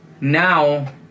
Now